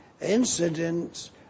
incidents